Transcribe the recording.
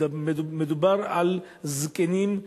מדובר על זקנים,